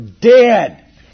dead